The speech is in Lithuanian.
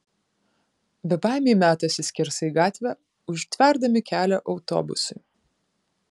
bebaimiai metasi skersai gatvę užtverdami kelią autobusui